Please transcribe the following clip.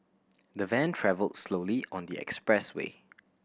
the van travelled slowly on the expressway